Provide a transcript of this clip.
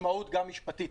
לחיטוי יש גם משמעות משפטית,